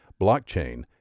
blockchain